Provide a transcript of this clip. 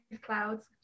clouds